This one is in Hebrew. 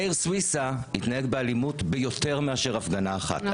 מאיר סוויסה התנהג באלימות ביותר מאשר הפגנה אחת,